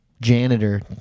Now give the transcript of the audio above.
janitor